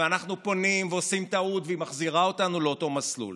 אנחנו פונים ועושים טעות והיא מחזירה אותנו למסלול.